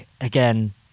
again